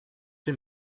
him